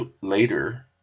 later